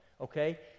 Okay